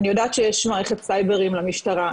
אני יודעת שיש מערכת סייברים למשטרה,